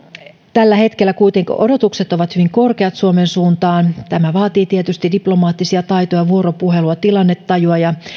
tällä hetkellä kuitenkin odotukset ovat hyvin korkeat suomen suuntaan tämä vaatii tietysti diplomaattisia taitoja vuoropuhelua tilannetajua ja